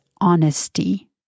honesty